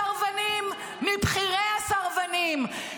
חבר הכנסת סימון, חבר הכנסת סימון.